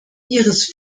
ihres